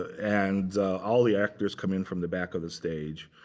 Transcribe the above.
and all the actors come in from the back of the stage.